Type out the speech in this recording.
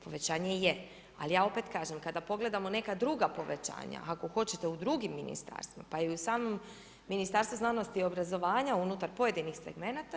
Povećanje je, ali ja opet kažem kada pogledamo neka druga povećanja, ako hoćete u drugim ministarstvima, pa i u samom Ministarstvu znanosti i obrazovanja unutar pojedinih segmenta.